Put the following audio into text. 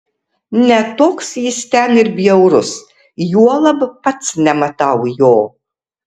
ne toks jis ten ir bjaurus juolab pats nematau jo